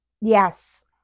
Yes